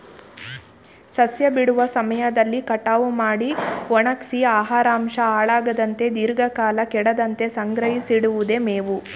ಸಸ್ಯ ಬಿಡುವ ಸಮಯದಲ್ಲಿ ಕಟಾವು ಮಾಡಿ ಒಣಗ್ಸಿ ಆಹಾರಾಂಶ ಹಾಳಾಗದಂತೆ ದೀರ್ಘಕಾಲ ಕೆಡದಂತೆ ಸಂಗ್ರಹಿಸಿಡಿವುದೆ ಮೇವು